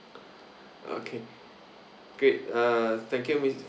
okay great uh thank you